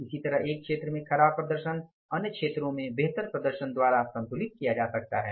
इसी तरह एक क्षेत्र में ख़राब प्रदर्शन अन्य क्षेत्रों में बेहतर प्रदर्शन द्वारा संतुलित किया जा सकता है